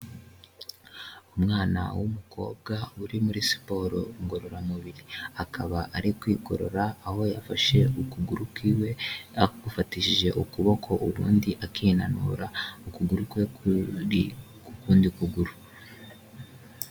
Umwana w'umukobwa uri muri siporo ngororamubiri. Akaba ari kwigorora, aho yafashe ukuguru kw'iwe agufatishije ukuboko, ubundi akinanura, ukuguru kwe kuri ku kundi kuguru.